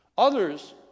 Others